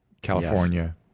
California